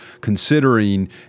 considering